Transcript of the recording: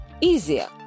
easier